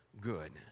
good